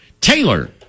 Taylor